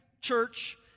church